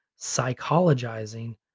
psychologizing